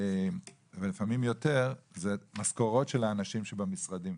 הולכים למשכורות של האנשים שבמשרדים.